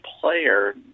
player